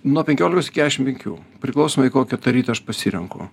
nuo penkiolikos iki kešiam penkių priklausomai kokią tą rytą aš pasirenku